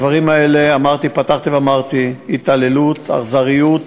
הדברים האלה, פתחתי ואמרתי, התעללות, אכזריות,